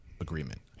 agreement